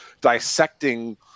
dissecting